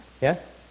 Yes